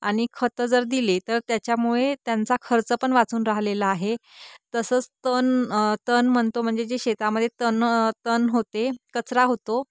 आणि खतं जर दिले तर त्याच्यामुळे त्यांचा खर्च पण वाचून राहिलेला आहे तसंच तन तन म्हणतो म्हणजे जे शेतामध्ये तन तन होते कचरा होतो